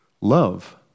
Love